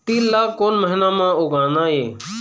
तील ला कोन महीना म उगाना ये?